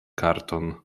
karton